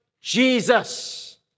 Jesus